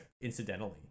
incidentally